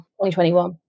2021